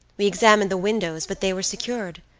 we examined the windows, but they were secured.